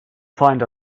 find